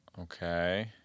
Okay